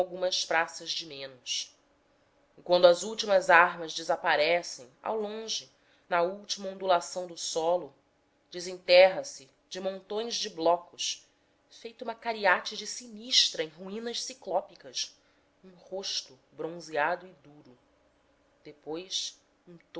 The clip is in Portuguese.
algumas praças de menos e quando as últimas armas desaparecem ao longe na última ondulação do solo desenterra se de montões de blocos feito uma cariátide sinistra em ruínas ciclópicas um rosto bronzeado e duro depois